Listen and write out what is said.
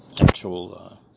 actual